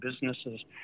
businesses